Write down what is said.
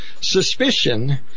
suspicion